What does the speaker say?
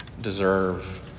deserve